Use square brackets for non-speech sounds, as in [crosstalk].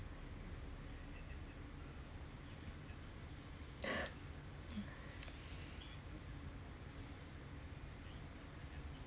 [breath]